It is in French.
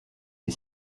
des